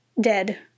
dead